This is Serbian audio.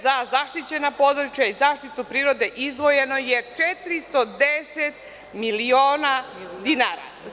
Za zaštićena područja i zaštitu prirode izdvojeno je 410 miliona dinara.